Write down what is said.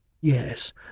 yes